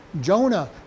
jonah